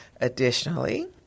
Additionally